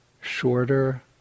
shorter